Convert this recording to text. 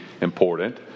important